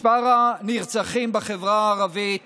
מספר הנרצחים בחברה הערבית